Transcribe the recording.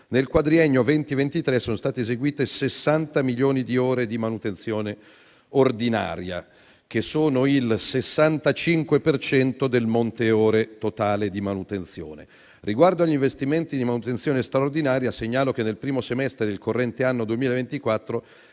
Nel quadriennio 2020-2023 sono stati eseguiti 60 milioni di ore di manutenzione ordinaria, pari al 65 per cento del monte ore totale di manutenzione. Riguardo agli investimenti di manutenzione straordinaria, segnalo che nel primo semestre del corrente anno 2024